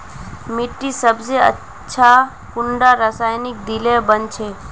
मिट्टी सबसे ज्यादा अच्छा कुंडा रासायनिक दिले बन छै?